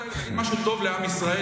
ב-50 השניות האלה תגיד משהו טוב לעם ישראל.